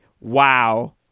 Wow